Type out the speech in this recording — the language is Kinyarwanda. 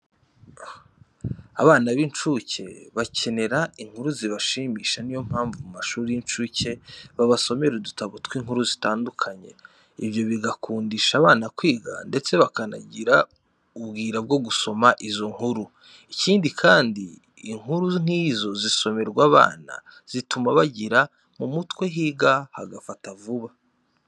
Abana b'incuke bakenera inkuru zibashimisha ni yo mpamvu mu mashuri y'incuke babasomera udutabo tw'inkuru dutandukanye, ibyo bigakundisha abana kwiga ndetse bakanajyira ubwira bwo gusoma izo nkuru, ikindi kandi inkuru nk'izi zisomerwa abana zituma bagira mu mutwe higa hagafata vuba.